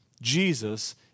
Jesus